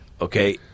Okay